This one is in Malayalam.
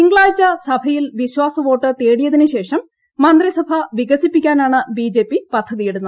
തിങ്കളാഴ്ച സഭയിൽ വിശ്വാസവോട്ട് തേടിയതിനു ശേഷം മന്ത്രിസഭ വികസിപ്പിക്കാനാണ് ബിജെപി പദ്ധതിയിടുന്നത്